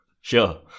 Sure